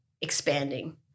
expanding